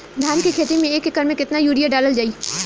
धान के खेती में एक एकड़ में केतना यूरिया डालल जाई?